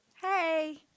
Hey